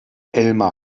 elmar